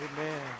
Amen